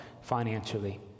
financially